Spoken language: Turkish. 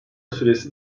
süresi